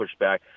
pushback